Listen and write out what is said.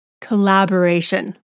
collaboration